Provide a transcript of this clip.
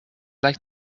like